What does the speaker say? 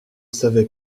savais